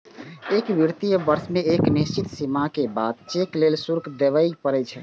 एक वित्तीय वर्ष मे एक निश्चित सीमा के बाद चेक लेल शुल्क देबय पड़ै छै